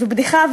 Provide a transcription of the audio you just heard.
זו בדיחה,